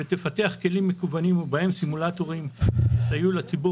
ותפתח כלים מקוונים ובהם סימולטורים שייסעו לציבור